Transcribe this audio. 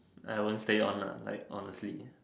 I won't stay on the like honestly